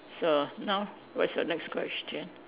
so now what is your next question